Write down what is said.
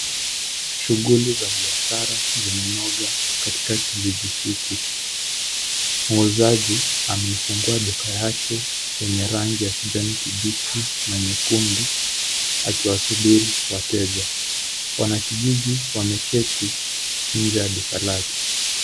Shughuli za biashara zimenoga katika kijiji hiki. Muuzaji amefungua duka yake yenye rangi ya kijani kibichi na nyekundu akiwasubiri wateja. Wanakijiji wameketi nje ya duka lake.